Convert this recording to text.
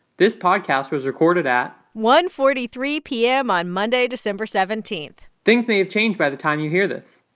this podcast was recorded at. one forty three p m. on monday, december seventeen point things may have changed by the time you hear this.